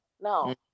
No